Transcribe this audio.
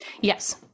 Yes